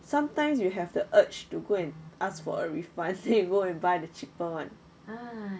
sometimes you have the urge to go and ask for a refund then you go and buy the cheaper [one]